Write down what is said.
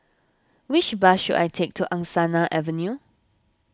which bus should I take to Angsana Avenue